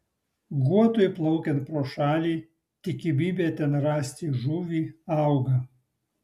guotui plaukiant pro šalį tikimybė ten rasti žuvį auga